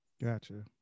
Gotcha